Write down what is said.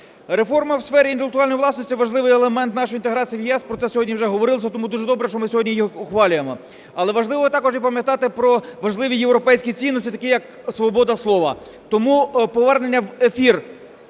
Реформа у сфері інтелектуальної власності – важливий елемент нашої інтеграції в ЄС, про це сьогодні вже говорилося, тому дуже добре, що ми сьогодні його ухвалюємо. Але важливо також і пам'ятати про важливі європейські цінності такі, як свобода слова. Тому повернення в ефір